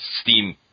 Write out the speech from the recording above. steam